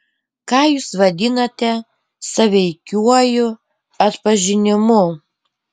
ką jūs vadinate sąveikiuoju atpažinimu